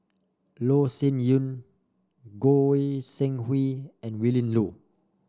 Loh Sin Yun Goi Seng Hui and Willin Low